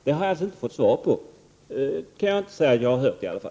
Det kan jag inte säga att jag har fått svar på.